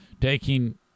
taking